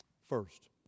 First